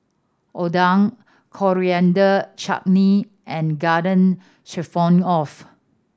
Oden Coriander Chutney and Garden Stroganoff